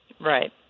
Right